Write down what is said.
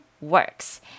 works